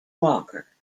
walker